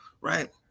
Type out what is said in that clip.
right